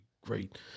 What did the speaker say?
great